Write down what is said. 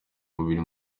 umubiri